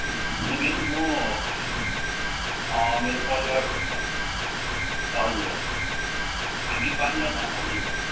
अनि त म्याडम मेरो म मेरो परिवारहरू छ हजुर हजुर हामी पाँचजना आउँदैछु हजुर